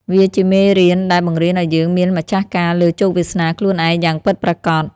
វាជាមេរៀនដែលបង្រៀនឱ្យយើងមានម្ចាស់ការលើជោគវាសនាខ្លួនឯងយ៉ាងពិតប្រាកដ។